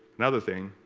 another thing